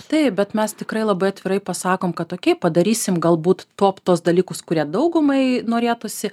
taip bet mes tikrai labai atvirai pasakom kad okei padarysim galbūt top tuos dalykus kurie daugumai norėtųsi